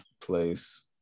place